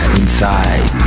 inside